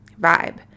vibe